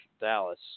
Dallas